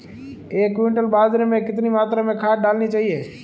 एक क्विंटल बाजरे में कितनी मात्रा में खाद डालनी चाहिए?